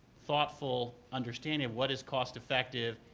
thoughtful, understanding of what is coast effective,